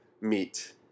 meet